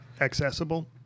accessible